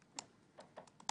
חיכיתי שזה יגיע.